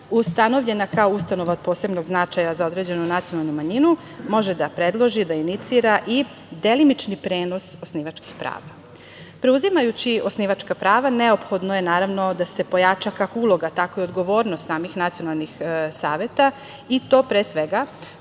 ustanovljena kao ustanova od posebnog značaja za određenu nacionalnu manjinu, može da predloži, da inicira i delimični prenos osnivački prava. Preuzimajući osnivačka prava neophodno je, naravno, da se pojača kako uloga, tako i odgovornost samih nacionalnih saveta i to, pre svega,